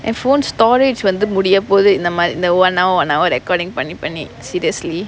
என்:en phone storage வந்து முடியப்போது இந்த மாரி இந்த:vanthu mudiyapothu intha maari intha one hour one hour recording பண்ணி பண்ணி:panni panni seriously